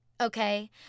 okay